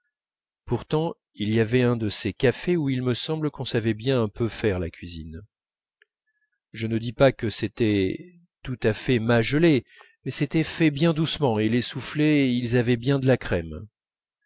pourtant il y avait un de ces cafés où il me semble qu'on savait bien un peu faire la cuisine je ne dis pas que c'était tout à fait ma gelée mais c'était fait bien doucement et les soufflés ils avaient bien de la crème